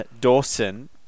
Dawson